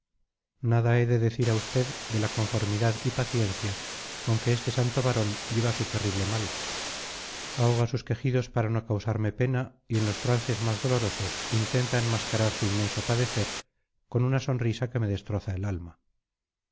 nada he de decir a usted de la conformidad y paciencia con que este santo varón lleva su terrible mal ahoga sus quejidos para no causarme pena y en los trances más dolorosos intenta enmascarar su inmenso padecer con una sonrisa que me destroza el alma